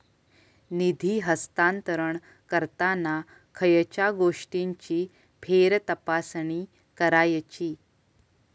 निधी हस्तांतरण करताना खयच्या गोष्टींची फेरतपासणी करायची?